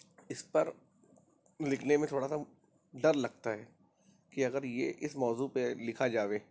اس پر لکھنے میں تھوڑا سا ڈر لگتا ہے کہ اگر یہ اس موضوع پہ لکھا جاوے